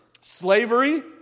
slavery